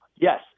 Yes